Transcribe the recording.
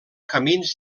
camins